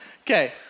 Okay